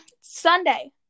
Sunday